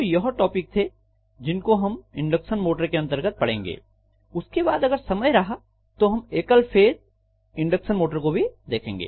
तो यह टॉपिक थे जिनको हम इंडक्शन मोटर के अंतर्गत पढ़ेंगे उसके बाद अगर समय रहा तो हम एकल फेज इंडक्शन मोटर को भी देखेंगे